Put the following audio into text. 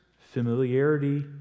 familiarity